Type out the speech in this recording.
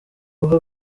uha